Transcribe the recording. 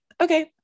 okay